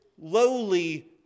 lowly